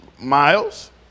Miles